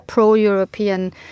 pro-European